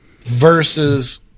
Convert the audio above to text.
versus